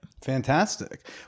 Fantastic